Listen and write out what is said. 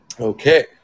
Okay